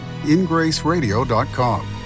ingraceradio.com